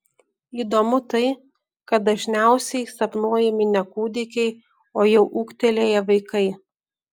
įdomu tai kad dažniausiai sapnuojami ne kūdikiai o jau ūgtelėję vaikai